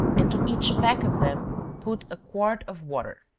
and to each peck of them put a quart of water.